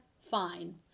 Fine